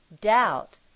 doubt